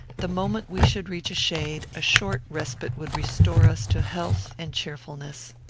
the moment we should reach a shade, a short respite would restore us to health and cheerfulness.